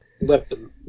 weapon